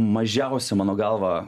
mažiausia mano galva